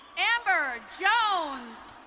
amber jones.